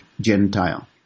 Gentile